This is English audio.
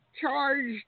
charged